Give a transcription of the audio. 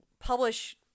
publish